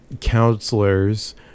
counselors